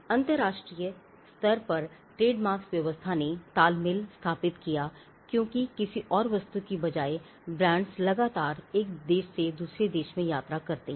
अंतरराष्ट्रीय स्तर पर ट्रेडमार्क्स व्यवस्था ने तालमेल स्थापित किया क्योंकि किसी और वस्तु की बजाए ब्रांड्स लगातार एक देश से दूसरे देश में यात्रा करते हैं